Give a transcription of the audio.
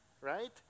Right